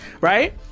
right